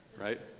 right